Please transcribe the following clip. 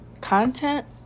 content